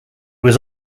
was